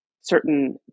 certain